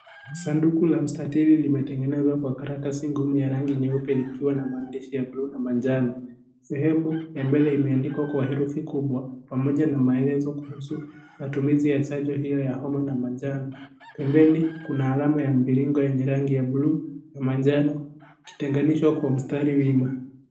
Sanduku la mstari limetengenezwa kwa karatasi ngumu ya rangi nyeupe likiwa na maandishi ya bluu na manjano. Sehemu ya mbele imeandikwa kwa herufi kubwa pamoja na maelezo kuhusu matumizi ya chanjo hiyo ya homa na manjano. Pembeni kuna alama ya mviringo yenye rangi ya bluu na manjano ikitenganishwa kwa mstari wima.